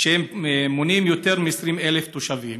שמונים יותר מ-20,000 תושבים,